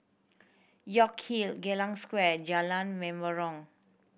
York Hill Geylang Square Jalan Menarong